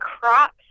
crops